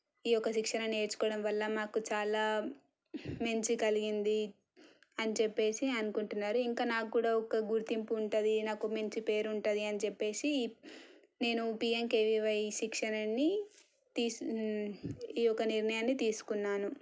ఈయొక్క శిక్షణ నేర్చుకోవడం వల్ల మాకు చాలా మంచి కలిగింది అని చెప్పేసి అనుకుంటున్నారు ఇంకా నాకు కూడా ఒక గుర్తింపు ఉంటుంది నాకు మంచి పేరు ఉంటుంది అని చెప్పేసి నేను పీఎంకేవీవై శిక్షణని తీసు ఈయొక్క నిర్ణయాన్ని తీసుకున్నాను